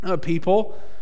people